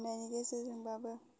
अन्नायनि गेजेरजोंबाबो